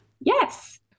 yes